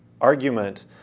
argument